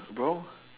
brown